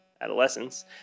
adolescence